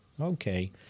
okay